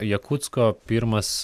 jakutsko pirmas